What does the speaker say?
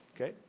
Okay